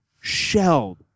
shelled